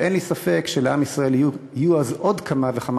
ואין לי ספק שלעם ישראל יהיו אז עוד כמה וכמה